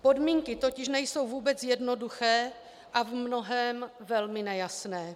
Podmínky totiž nejsou vůbec jednoduché a v mnohém velmi nejasné.